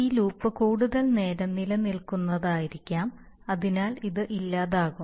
ഈ ലൂപ്പ് കൂടുതൽ നേരം നിലനിൽക്കുന്നതായിരിക്കാം അതിനാൽ ഇത് ഇല്ലാതാകും